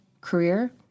career